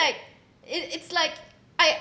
it it's like I